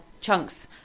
chunks